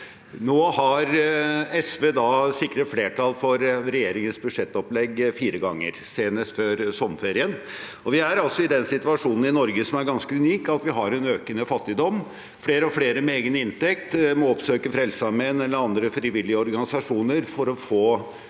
Nå har SV sikret flertall for regjeringens budsjettopplegg fire ganger, senest før sommerferien. I Norge er vi altså i den situasjonen, som er ganske unik, at vi har økende fattigdom. Flere og flere med egen inntekt må oppsøke Frelsesarmeen eller andre frivillige organisasjoner for å få